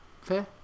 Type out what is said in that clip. Fair